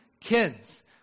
Kids